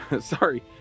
Sorry